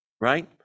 right